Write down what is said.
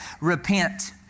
Repent